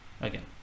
again